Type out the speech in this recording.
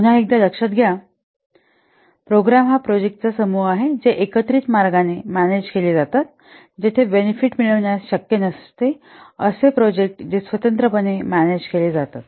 पुन्हा एकदा लक्षात घ्या प्रोग्रॅम हा प्रोजेक्टांचा समूह आहे जे एकत्रित मार्गाने मॅनेज केले जातात जेथे बेनेफिट मिळविण्यास शक्य नसते अशे प्रोजेक्ट जे स्वतंत्रपणे मॅनेज केलेले असतात